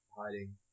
hiding